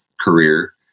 career